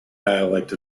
dialect